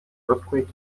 earthquake